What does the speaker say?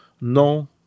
Non